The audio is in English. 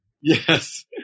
Yes